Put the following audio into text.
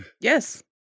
Yes